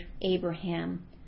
Abraham